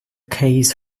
case